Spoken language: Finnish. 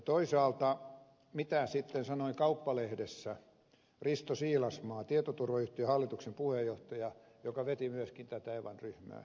toisaalta mitä sitten sanoi kauppalehdessä risto siilasmaa tietoturvayhtiön hallituksen puheenjohtaja joka veti myöskin tätä evan ryhmää